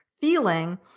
feeling